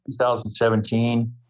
2017